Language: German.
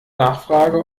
nachfrage